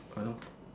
I know